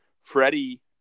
Freddie